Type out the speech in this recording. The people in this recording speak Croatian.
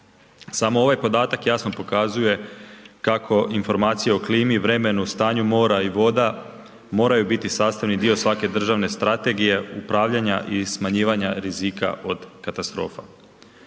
Samo ovaj podatak jasno pokazuje kako informacija o klimi i vremenu, stanju mora i voda, moraju biti sastavni dio svake državne strategije upravljanja i smanjivanja rizika od katastrofa.